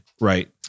right